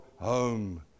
home